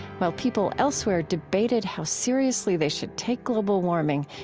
while people elsewhere debated how seriously they should take global warming,